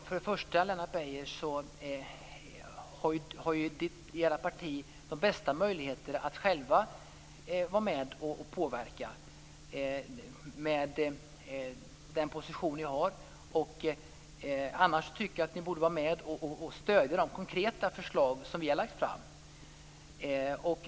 Fru talman! Ni i ert parti har ju de bästa möjligheterna att själva vara med och påverka genom den position som ni har. Annars tycker jag att ni borde stödja de konkreta förslag som vi har lagt fram.